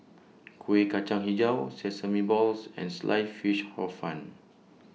Kuih Kacang Hijau Sesame Balls and Sliced Fish Hor Fun